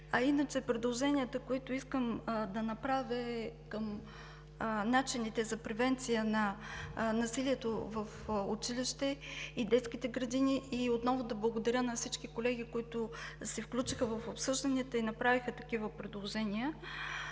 Предложенията, които искам да направя, са към начините за превенция на насилието в училище и детските градини и отново да благодаря на всички колеги, които се включиха в обсъжданията и направиха такива предложения.